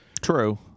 True